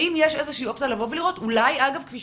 האם יש איזושהי אופציה לבדוק ואולי יסתבר